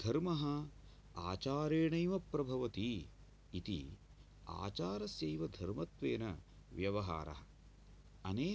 धर्मः आचरेणैव प्रभवति इति आचरस्यैव धर्मत्वेन व्यवहारः